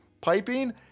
piping